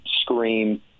scream